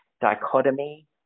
dichotomy